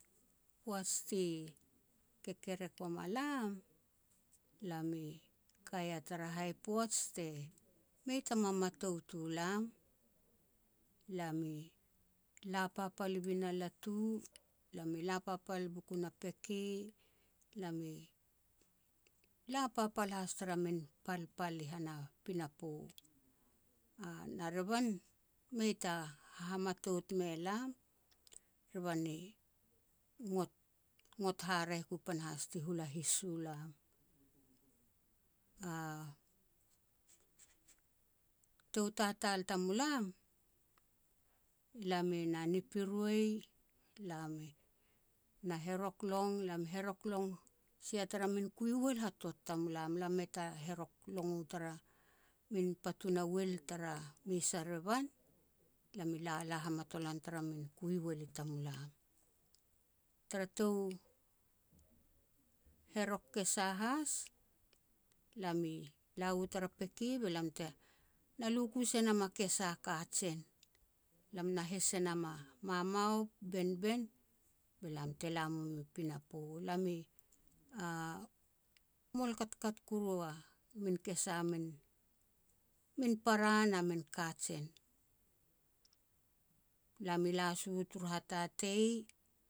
Poaj ti kekerek wama lam, lam i kaia tara hai poaj te mei ta mamatout u lam. Lam i la papal i bin a latu, lam i la papal i bukun a peke. Lam i la papal haas tara min palpal i han a pinapo. Na revan mei hahamatout me lam, revan i ngot-ngot haraeh ku panahas ti hula his u lam. Tou tatal tamulam, lam i na nipi roi, lam i na herok long, lam herok long sia tara kui uel hatot tamulam. Lam mei ta herok uel u tara putun a uel tara mes a revan, lam i la la hamatolan u tara min kui uel i tamulam. Tara tou herok kesa haas, lam i la u tara peke be lam tena lui ku sinam a kesa kajen. Lam na heis e nam u mamaob, beinbein be lam te lam mum i pinapo, lam i mol katkat kuru a min kesa a min-min para na min kajen. Lam i la si u turu hatatei